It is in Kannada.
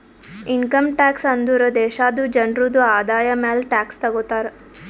ಇನ್ಕಮ್ ಟ್ಯಾಕ್ಸ್ ಅಂದುರ್ ದೇಶಾದು ಜನ್ರುದು ಆದಾಯ ಮ್ಯಾಲ ಟ್ಯಾಕ್ಸ್ ತಗೊತಾರ್